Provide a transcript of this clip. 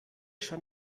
schon